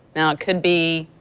now it could be.